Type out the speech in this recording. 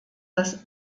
das